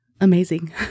Amazing